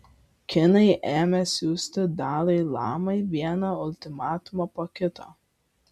kinai ėmė siųsti dalai lamai vieną ultimatumą po kito